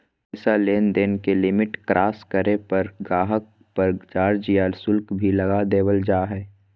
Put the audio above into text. पैसा लेनदेन के लिमिट क्रास करे पर गाहक़ पर चार्ज या शुल्क भी लगा देवल जा हय